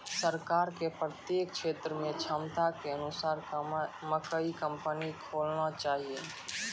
सरकार के प्रत्येक क्षेत्र मे क्षमता के अनुसार मकई कंपनी खोलना चाहिए?